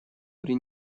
при